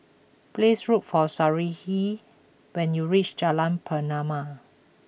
please look for Sarahi when you reach Jalan Pernama